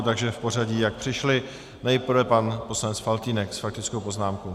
Takže v pořadí, jak přišly, nejprve pan poslanec Faltýnek s faktickou poznámkou.